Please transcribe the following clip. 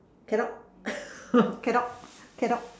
cadog cadog cadog